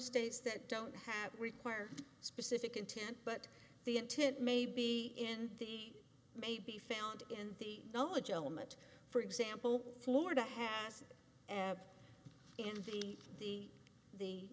states that don't have require specific intent but the intent may be in the may be found in the knowledge element for example florida has and be the the the